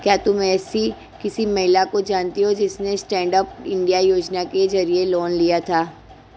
क्या तुम एसी किसी महिला को जानती हो जिसने स्टैन्डअप इंडिया योजना के जरिए लोन लिया था?